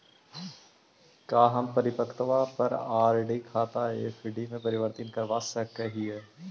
क्या हम परिपक्वता पर आर.डी खाता एफ.डी में परिवर्तित करवा सकअ हियई